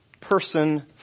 person